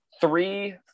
three